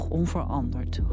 onveranderd